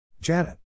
Janet